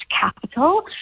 capital